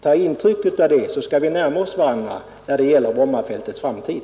Ta intryck av det, så kan vi närma oss varandra när det gäller Brommafältets framtid!